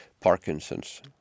Parkinson's